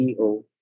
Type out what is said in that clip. CEO